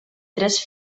tres